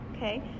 Okay